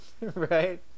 Right